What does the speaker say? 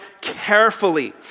carefully